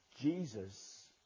Jesus